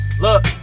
Look